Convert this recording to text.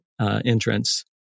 entrance